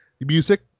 music